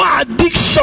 addiction